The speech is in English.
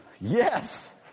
yes